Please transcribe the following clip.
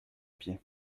pied